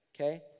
okay